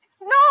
No